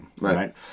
Right